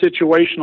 situational